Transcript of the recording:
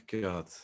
God